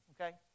okay